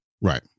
Right